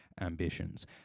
ambitions